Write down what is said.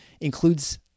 includes